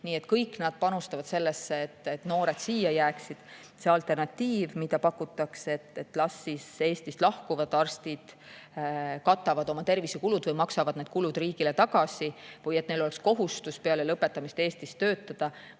Nii et kõik nad panustavad sellesse, et noored siia jääksid. Ma saan aru, miks need alternatiivid, mida pakutakse, et las siis Eestist lahkuvad arstid katavad oma [õppe]kulud või maksavad need riigile tagasi või et neil oleks kohustus peale lõpetamist Eestis töötada,